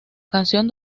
canción